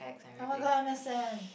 oh-my-god understand